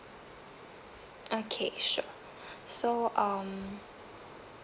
okay sure so um